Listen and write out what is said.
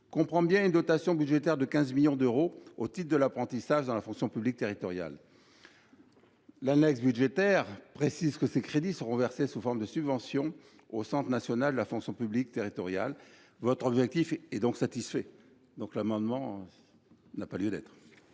comprend bien une dotation budgétaire de 15 millions d’euros au titre de l’apprentissage dans la fonction publique territoriale. L’annexe budgétaire précise que ces crédits seront versés sous forme de subvention au Centre national de la fonction publique territoriale (CNFPT) : votre objectif est donc atteint. L’amendement étant satisfait,